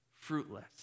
fruitless